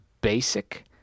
basic